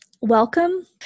welcome